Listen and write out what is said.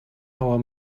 our